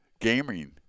gaming